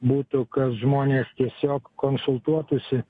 būtų kad žmonės tiesiog konsultuotųsi